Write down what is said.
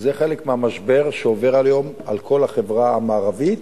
וזה חלק מהמשבר שעובר היום על כל החברה המערבית,